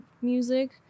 music